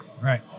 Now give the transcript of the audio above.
Right